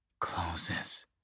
closes